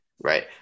Right